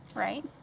right?